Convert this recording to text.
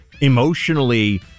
emotionally